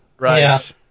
Right